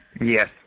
Yes